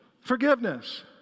Forgiveness